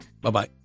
Bye-bye